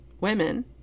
women